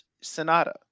Sonata